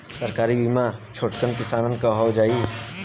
सरकारी बीमा छोटकन किसान क हो जाई?